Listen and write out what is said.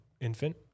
infant